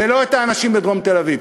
ולא את האנשים בדרום תל-אביב.